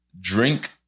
drink